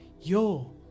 Yo